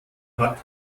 hat